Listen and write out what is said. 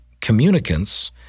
communicants